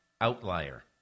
outlier